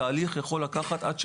התהליך יכול לקחת עד שנה.